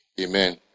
Amen